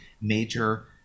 major